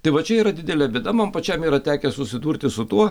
tai va čia yra didelė bėda man pačiam yra tekę susidurti su tuo